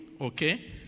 Okay